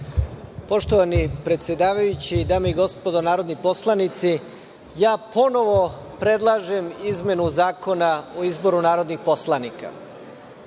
Poštovani predsedavajući, dame i gospodo narodni poslanici, ja ponovo predlažem izmenu Zakona o izboru narodnih poslanika. Građani